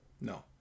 No